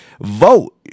Vote